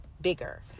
bigger